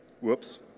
Whoops